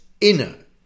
inner